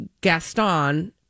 Gaston